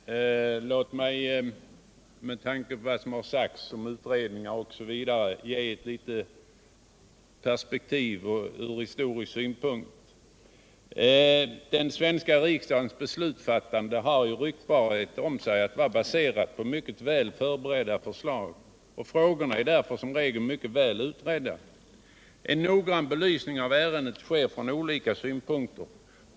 Herr talman! Låt mig med tanke på vad som har sagts om utredningar och sådant ge eu litet historiskt perspektiv. Den svenska riksdagen har rykte om sig att basera sina beslut på mycket väl förberedda förslag. Frågorna är som regel mycket noggrant utredda. En noggrann belysning av ärendena sker från olika synpunkter.